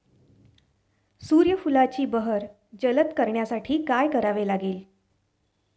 सूर्यफुलाची बहर जलद करण्यासाठी काय करावे लागेल?